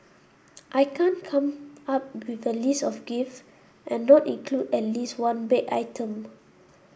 I can't come up with a list of gift and not include at least one baked item